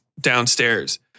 downstairs